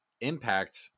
impact